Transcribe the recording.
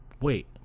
wait